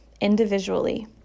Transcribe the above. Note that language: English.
individually